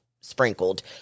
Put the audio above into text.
sprinkled